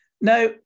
Now